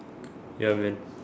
ya man